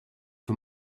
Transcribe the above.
for